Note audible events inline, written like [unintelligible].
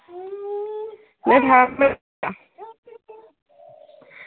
[unintelligible]